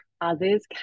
others